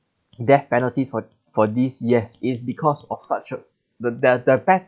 death penalties for for these yes is because of such a the the be~